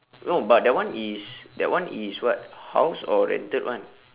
no but that one is that one is what house or rented one